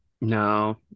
No